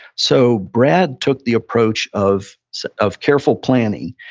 so, brad took the approach of sort of careful planning.